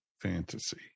fantasy